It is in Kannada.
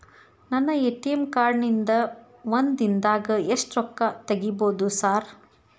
ನನ್ನ ಎ.ಟಿ.ಎಂ ಕಾರ್ಡ್ ನಿಂದಾ ಒಂದ್ ದಿಂದಾಗ ಎಷ್ಟ ರೊಕ್ಕಾ ತೆಗಿಬೋದು ಸಾರ್?